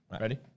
Ready